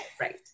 Right